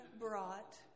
brought